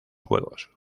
juegos